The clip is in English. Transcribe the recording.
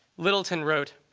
littleton wrote,